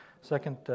second